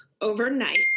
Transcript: overnight